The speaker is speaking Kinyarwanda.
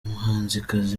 umuhanzikazi